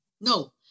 No